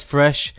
Fresh